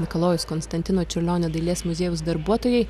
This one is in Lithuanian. mikalojaus konstantino čiurlionio dailės muziejaus darbuotojai